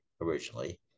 originally